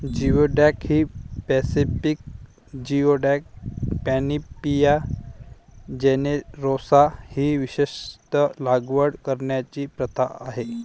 geoduck ही Pacific geoduck, Panopea generosa ही विशेषत लागवड करण्याची प्रथा आहे